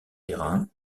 terrain